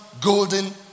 golden